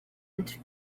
into